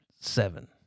seven